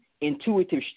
intuitive